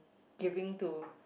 giving to